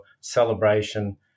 celebration